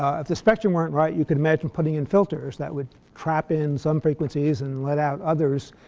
ah if the spectrum weren't right you could imagine putting in filters that would trap in some frequencies and let out others.